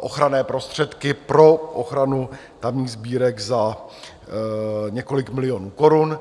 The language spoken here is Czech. ochranné prostředky pro ochranu tamních sbírek za několik milionů korun.